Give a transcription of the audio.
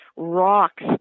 Rocks